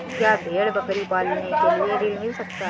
क्या भेड़ बकरी पालने के लिए ऋण मिल सकता है?